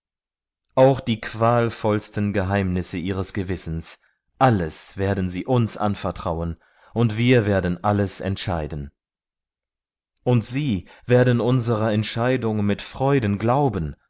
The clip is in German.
auch die quälendsten geheimnisse ihres gewissens alles alles werden sie uns bringen und wir werden sie davon befreien und sie werden unserer entscheidung frohen herzens glauben